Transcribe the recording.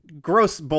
gross